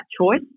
choice